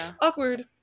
Awkward